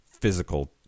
physical